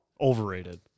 overrated